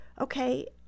okay